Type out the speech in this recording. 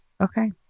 okay